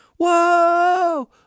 Whoa